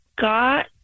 got